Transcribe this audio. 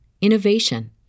innovation